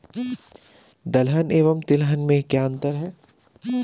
दलहन एवं तिलहन में क्या अंतर है?